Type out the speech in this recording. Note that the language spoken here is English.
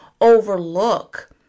overlook